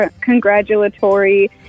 congratulatory